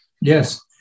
Yes